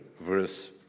verse